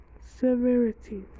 severity